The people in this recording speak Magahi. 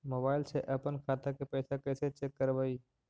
मोबाईल से अपन खाता के पैसा कैसे चेक करबई?